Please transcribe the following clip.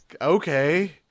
Okay